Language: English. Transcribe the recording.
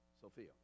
sophia